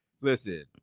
listen